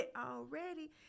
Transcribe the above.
already